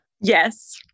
Yes